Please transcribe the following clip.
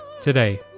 today